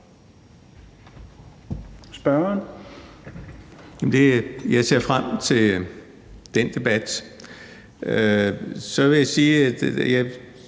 Sølvhøj (EL): Jeg ser frem til den debat. Så vil jeg sige, at jeg